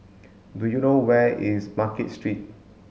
do you know where is Market Street